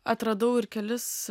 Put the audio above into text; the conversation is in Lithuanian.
atradau ir kelis